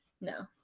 no